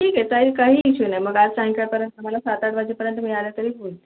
ठीक आहे चालेल काही इश्यू नाही मग आज सायंकाळपर्यंत मला सात आठ वाजेपर्यंत मिळालं तरी खूप